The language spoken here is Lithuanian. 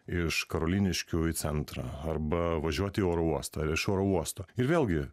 iš karoliniškių į centrą arba važiuot į oro uostą ar iš oro uosto ir vėlgi